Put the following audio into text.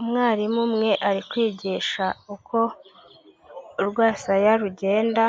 Umwarimu umwe ari kwigisha uko urwasaya rugenda